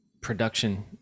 production